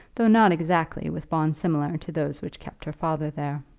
though not exactly with bonds similar to those which kept her father there.